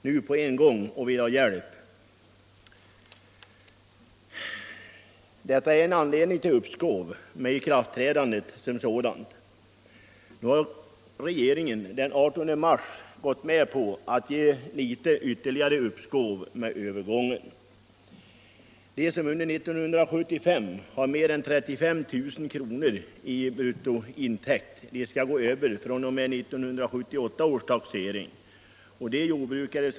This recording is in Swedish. De måste anlita hjälp, och den hjälpen är inte så lätt att få. Det är så många nya som nu samtidigt kommer och vill ha hjälp.